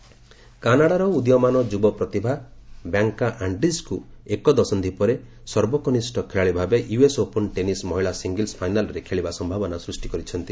US open କାନାଡ଼ାର ଉଦୀୟମାନ ଯୁବପ୍ରତିଭା ବ୍ୟାଙ୍କା ଆଣ୍ଡ୍ରିଜ୍କୁ ଏକ ଦଶନ୍ଧି ପରେ ସର୍ବକନିଷ୍ଠ ଖେଳାଳି ଭାବେ ୟୁଏସ୍ ଓପନ ଟେନିସ୍ ମହିଳା ସିଙ୍ଗଲ୍ସ୍ ଫାଇନାଲ୍ରେ ଖେଳିବା ସମ୍ଭାବନା ସୃଷ୍ଟି କରିଛନ୍ତି